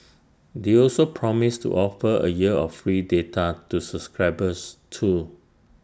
they also promised to offer A year of free data to subscribers too